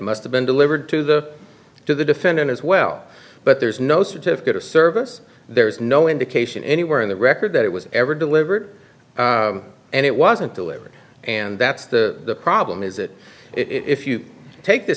must have been delivered to the to the defendant as well but there's no certificate of service there's no indication anywhere in the record that it was ever delivered and it wasn't delivered and that's the problem is that if you take th